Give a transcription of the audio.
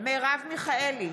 מרב מיכאלי,